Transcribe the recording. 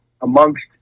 amongst